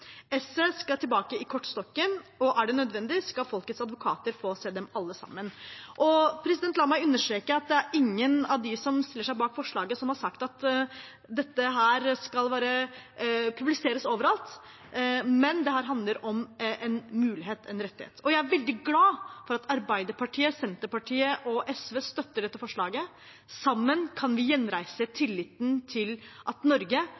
er det nødvendig, skal folkets advokater få se dem alle sammen. La meg understreke at det er ingen av dem som stiller seg bak forslaget, som har sagt at dette skal publiseres overalt. Det handler om en mulighet, en rettighet. Jeg er veldig glad for at Arbeiderpartiet, Senterpartiet og SV støtter dette forslaget. Sammen kan vi gjenreise tilliten til at Norge,